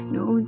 no